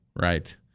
Right